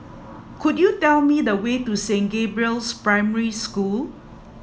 could you tell me the way to Saint Gabriel's Primary School